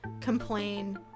complain